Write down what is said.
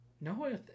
No